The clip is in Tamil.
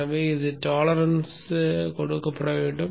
எனவே இந்த டோலெரான்ஸ் கொடுக்கப்பட வேண்டும்